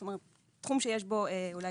זאת אורמת, תחום שיש בו דינאמיות